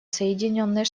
соединенные